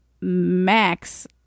max